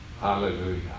hallelujah